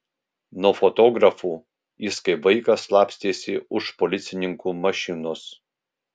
nuo fotografų jis kaip vaikas slapstėsi už policininkų mašinos